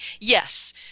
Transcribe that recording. yes